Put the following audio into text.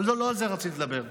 אבל לא על זה רציתי לדבר.